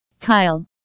kyle